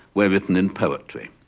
were written in poetry.